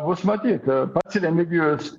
bus matyt pats remigijus